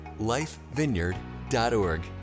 lifevineyard.org